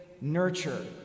nurture